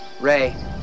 Ray